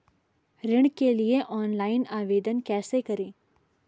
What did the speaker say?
ऋण के लिए ऑनलाइन आवेदन कैसे करें?